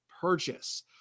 purchase